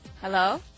Hello